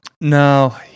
No